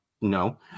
no